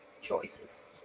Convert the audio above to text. choices